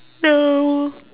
no